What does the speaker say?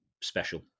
special